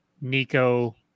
Nico